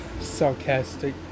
sarcastic